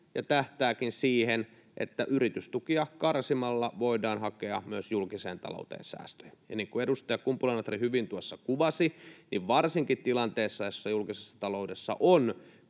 ja tähtääkin siihen, että yritystukia karsimalla voidaan hakea myös julkiseen talouteen säästöjä. Niin kuin edustaja Kumpula-Natri hyvin tuossa kuvasi, varsinkin tilanteessa, jossa julkisessa taloudessa on